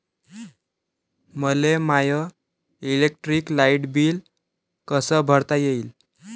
मले माय electric light bill कस भरता येईल?